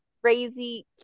crazy